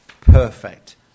perfect